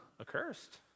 accursed